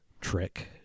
trick